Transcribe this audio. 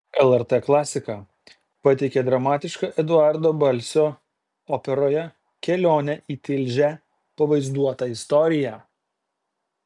lrt klasika pateikė dramatišką eduardo balsio operoje kelionė į tilžę pavaizduotą istoriją